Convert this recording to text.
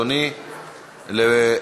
אדוני.